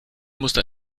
musste